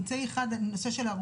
אמצעי של ערובה,